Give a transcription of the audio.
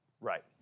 Right